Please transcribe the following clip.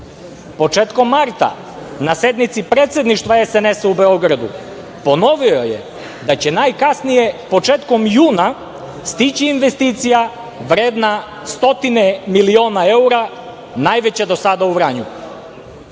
Početkom marta na sednici predsedništva SNS u Beogradu, ponovio je da će najkasnije početkom juna stići investicija vredna stotine miliona evra, najveća do sada u Vranju.